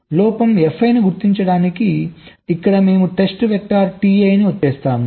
లోపం Fi ను గుర్తించడానికి ఇక్కడ మేము టెస్ట్ వెక్టర్ Ti ని ఉత్పత్తి చేస్తాము